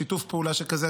שיתוף פעולה שכזה,